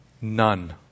None